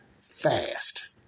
fast